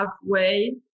halfway